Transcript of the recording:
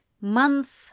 month